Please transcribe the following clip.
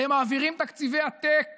אתם מעבירים תקציבי עתק